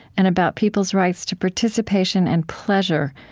and about people's rights to participation and pleasure,